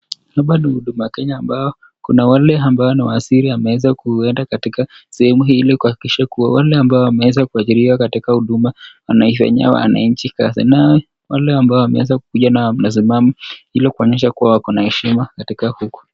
Hapa ni Huduma Kenya ambao kuna wale ambao ni waziri ameweza kuenda katika sehemu hili kuhakikisha kuwa wale ambao wameweza kuajiriwa katika huduma anaifanyia wananchi kazi na wale ambao wameweza kukuja na mnasimama ili kuonyesha kuwa wako na heshima katika huku.